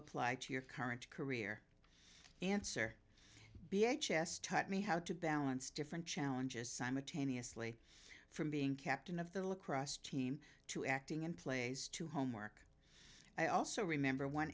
apply to your current career answer b h s taught me how to balance different challenges simultaneously from being captain of the lacrosse team to acting in plays to homework i also remember one